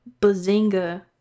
Bazinga